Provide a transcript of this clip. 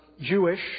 Jewish